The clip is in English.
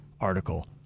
article